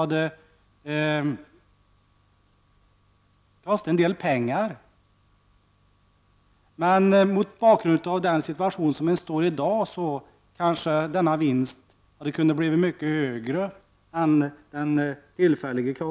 Men på sikt skulle kanske vinsten, mot bakgrund av länets situation i dag, bli mycket större än den kostnad som man tillfälligt får.